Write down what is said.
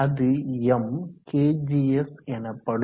அது M கேஜிஸ் எனப்படும்